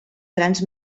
grans